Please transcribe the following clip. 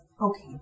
okay